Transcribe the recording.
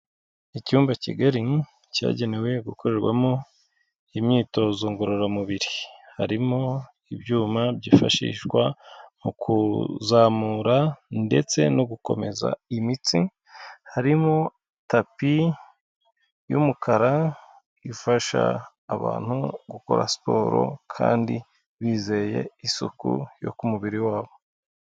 Icyumba kigari cyagenewe gukorerwamo imyitozo ngororamubiri, harimo ibyuma byifashishwa mu kuzamura ndetse no gukomeza imitsi, harimo tapi y'umukara ifasha abantu gukora siporo kandi bizeye isuku yo ku mubiri wabo.